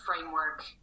framework